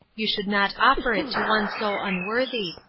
you should not offer it to one so unworthy.